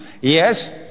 Yes